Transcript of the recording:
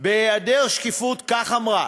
כך אמרה: